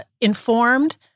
informed